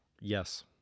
Yes